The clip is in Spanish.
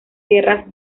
guerras